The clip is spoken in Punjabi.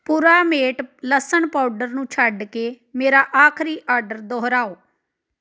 ਪੁਰਾਮੇਟ ਲਸਣ ਪਾਊਡਰ ਨੂੰ ਛੱਡ ਕੇ ਮੇਰਾ ਆਖਰੀ ਆਡਰ ਦੁਹਰਾਓ